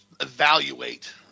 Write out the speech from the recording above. evaluate